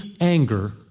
anger